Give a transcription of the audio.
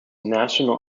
national